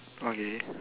okay